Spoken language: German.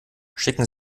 schicken